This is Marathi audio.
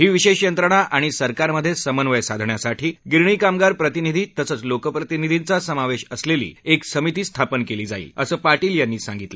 ही विशेष यंत्रणा आणि सरकारमधे समन्वय साधण्यासाठी गिरणी कामगार प्रतिनिधी तसंच लोकप्रतिनिधींचा समावेश असलेली एक समिती स्थापन केली जाईल असं पाटील यांनी सांगितलं